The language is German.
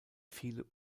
viele